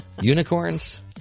unicorns